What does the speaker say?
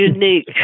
unique